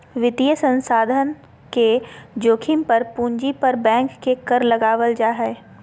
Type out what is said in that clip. वित्तीय संस्थान के जोखिम पर पूंजी पर बैंक के कर लगावल जा हय